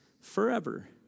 forever